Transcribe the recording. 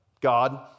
God